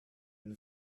been